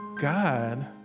God